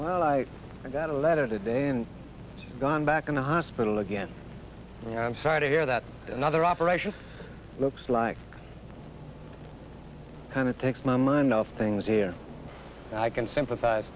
well i got a letter today and gone back in the hospital again and i'm sorry to hear that another operation looks like kind of takes my mind off things here and i can sympathize